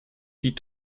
die